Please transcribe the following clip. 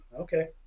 Okay